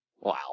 Wow